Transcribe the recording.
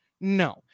No